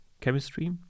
chemistry